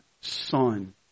son